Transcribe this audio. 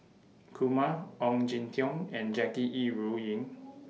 Kumar Ong Jin Teong and Jackie Yi Ru Ying